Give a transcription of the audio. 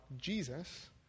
Jesus